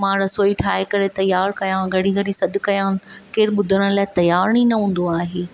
मां रसोई ठाहे करे तयार कया घणी घणी सॾु कया केरु ॿुधण लाइ तयार ई न हूंदो आहे